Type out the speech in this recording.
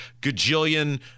gajillion